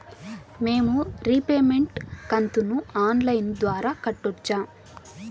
మేము రీపేమెంట్ కంతును online ద్వారా కట్టొచ్చా